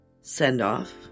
send-off